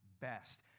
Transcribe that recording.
best